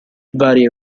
varie